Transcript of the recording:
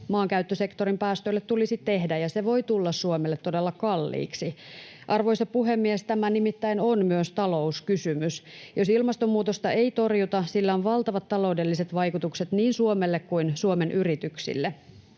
maankäyttösektorin päästöille tulisi tehdä, ja se voi tulla Suomelle todella kalliiksi. Arvoisa puhemies! Tämä nimittäin on myös talouskysymys. Jos ilmastonmuutosta ei torjuta, sillä on valtavat taloudelliset vaikutukset niin Suomelle kuin Suomen yrityksille.